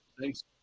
thanks